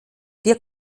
wir